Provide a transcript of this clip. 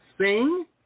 sing